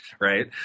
right